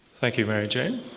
thank you, mary jane.